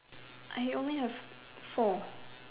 I only have four